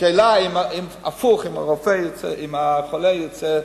השאלה היא הפוך, אם החולה ירצה,